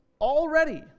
already